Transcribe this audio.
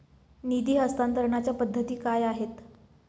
निधी हस्तांतरणाच्या पद्धती काय आहेत?